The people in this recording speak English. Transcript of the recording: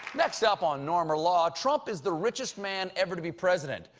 next up on norm or law, trump is the richest man ever to be president,